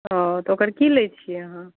हँ तऽ ओकर की लै छिए अहाँ